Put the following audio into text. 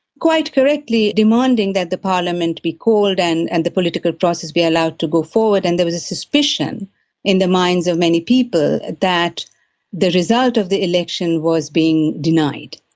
quite correctly demanding that the parliament be called and and the political process be allowed to go forward, and there was a suspicion in the minds of many people that the result of the election was being denied.